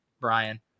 Brian